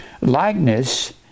Likeness